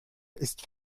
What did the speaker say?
ist